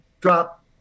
drop